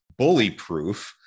Bullyproof